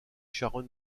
sharon